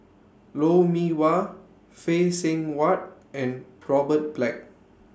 Lou Mee Wah Phay Seng Whatt and Robert Black